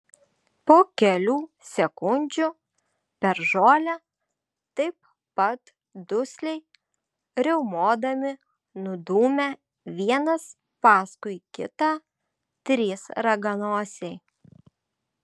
po kelių sekundžių per žolę taip pat dusliai riaumodami nudūmė vienas paskui kitą trys raganosiai